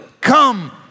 come